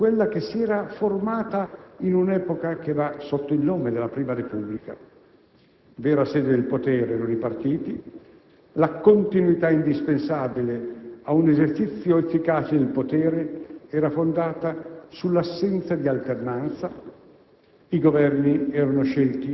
è rimasta infatti quella che si era formata in un'epoca che va sotto il nome della prima Repubblica: vera sede del potere erano i partiti, la continuità indispensabile ad un esercizio efficace di potere era fondata sull'assenza di alternanza,